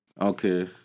Okay